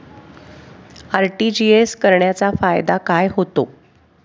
RTGS करण्याचा फायदा काय होतो?